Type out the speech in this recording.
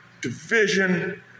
division